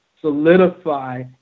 Solidify